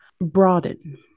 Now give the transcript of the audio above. Broaden